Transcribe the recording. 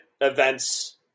events